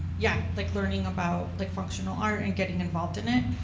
yeah. like, learning about like functional art and getting involved in it,